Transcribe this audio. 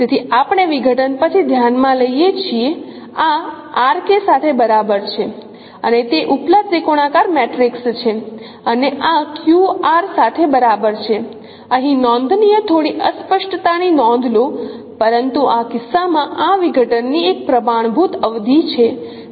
તેથી આપણે વિઘટન પછી ધ્યાન માં લઈએ છીએ આ R K સાથે બરાબર છે અને તે ઉપલા ત્રિકોણાકાર મેટ્રિક્સ છે અને આ Q R સાથે બરાબર છે અહીં નોંધનીય થોડી અસ્પષ્ટતાની નોંધ લો પરંતુ આ કિસ્સામાં આ વિઘટનની એક પ્રમાણભૂત અવધિ છે